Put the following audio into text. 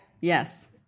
Yes